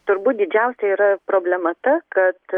turbūt didžiausia yra problema ta kad